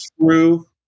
true